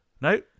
No